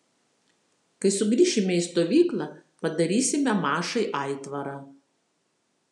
kai sugrįšime į stovyklą padarysime mašai aitvarą